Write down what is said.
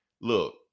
look